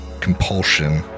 compulsion